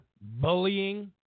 Bullying